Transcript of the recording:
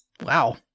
Wow